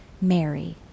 Mary